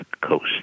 Coast